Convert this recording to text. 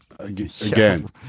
again